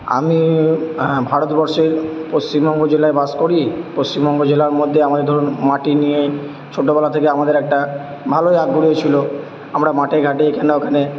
আমি হ্যাঁ ভারতবর্ষের পশ্চিমবঙ্গ জেলায় বাস করি পশ্চিমবঙ্গ জেলার মধ্যে আমায় ধরুন মাটি নিয়ে ছোটোবেলা থেকে আমাদের একটা ভালোই আগ্রহ ছিলো আমরা মাঠে ঘাটে এখানে ওখানে